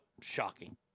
shocking